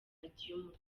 umucyo